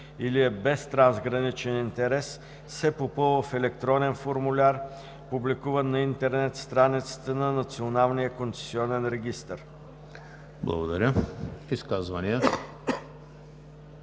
или е без трансграничен интерес, се попълва в електронен формуляр, публикуван на интернет страницата на Националния концесионен регистър.“.“